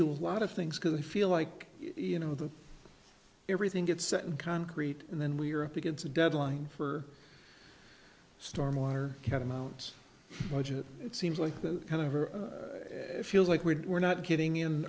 do a lot of things because they feel like you know the everything gets set in concrete and then we're up against a deadline for stormwater catamounts budget it seems like the kind of or feels like we're we're not getting in